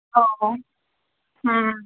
औ होम